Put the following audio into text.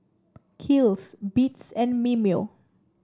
Kiehl's Beats and Mimeo